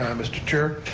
mr. chair.